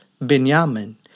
Benjamin